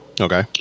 Okay